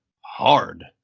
hard